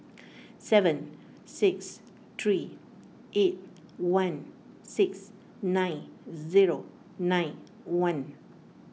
seven six three eight one six nine zero nine one